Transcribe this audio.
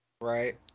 Right